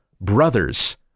brothers